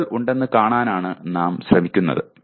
അളവുകൾ ഉണ്ടെന്ന് കാണാനാണ് നാം ശ്രമിക്കുന്നത്